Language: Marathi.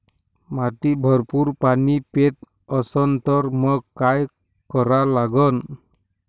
माती भरपूर पाणी पेत असन तर मंग काय करा लागन?